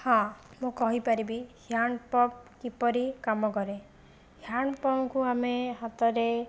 ହଁ ମୁଁ କହିପାରିବି ହ୍ୟାଣ୍ଡପପ୍ କିପରି କାମ କରେ ହ୍ୟାଣ୍ଡପମ୍ପକୁ ଆମେ ହାତରେ